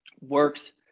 works